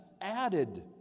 added